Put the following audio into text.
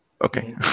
Okay